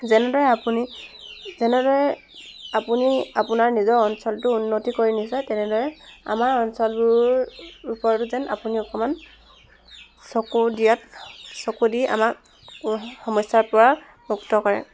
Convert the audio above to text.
যেনেদৰে আপুনি যেনেদৰে আপুনি আপোনাৰ নিজৰ অঞ্চলটো উন্নতি কৰি নিছে তেনেদৰে আমাৰ অঞ্চলবোৰ ওপৰতো যেন আপুনি অকণমান চকু দিয়াত চকু দি আমাক সমস্যাৰ পৰা মুক্ত কৰে